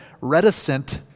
reticent